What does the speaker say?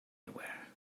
anywhere